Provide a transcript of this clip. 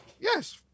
Yes